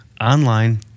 online